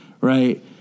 right